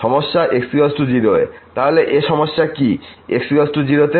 সমস্যা x 0 এ তাহলে এ সমস্যা কি x 0 তে